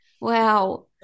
Wow